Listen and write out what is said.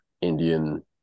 Indian